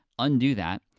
undo that,